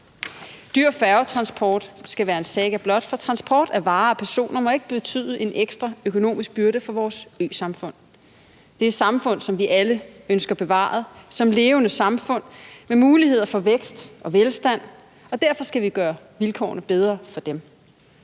Dyr færgetransport skal være en saga blot, for transport af varer og personer må ikke betyde en ekstra økonomisk byrde for vores øsamfund. Det er samfund, som vi alle ønsker bevaret som levende samfund med muligheder for vækst og velstand, og derfor skal vi gøre vilkårene bedre for dem.